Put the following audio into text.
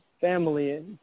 family